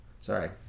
Sorry